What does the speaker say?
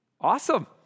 Awesome